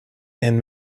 and